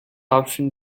option